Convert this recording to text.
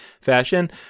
fashion